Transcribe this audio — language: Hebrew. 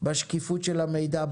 בשקיפות של המידע,